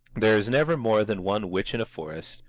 there is never more than one witch in a forest,